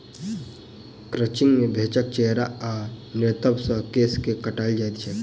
crutching मे भेंड़क चेहरा आ नितंब पर सॅ केश के काटल जाइत छैक